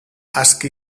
aski